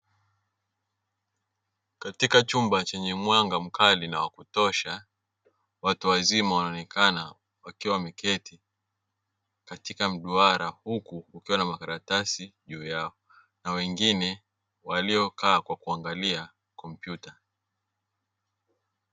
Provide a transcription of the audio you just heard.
Katika chumba chenye mwanga mkali na wa kutosha watu wazima wanaonekana wakiwa wameketi katika mduara, huku kukiwa na makaratasi juu yao na wengine waliokaa kwa kuangalia kompyuta.